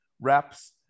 reps